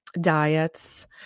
diets